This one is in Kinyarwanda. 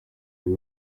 bihe